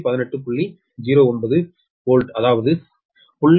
09 volt அதாவது 0